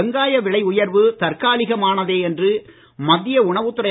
வெங்காய விலை உயர்வு தற்காலிகமானதே என்று மத்திய உணவுத் துறை